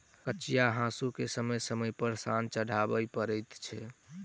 कचिया हासूकेँ समय समय पर सान चढ़बय पड़ैत छै